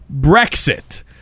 Brexit